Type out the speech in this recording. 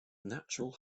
natural